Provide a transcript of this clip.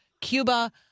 Cuba